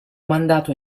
mandato